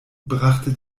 brachte